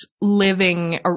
living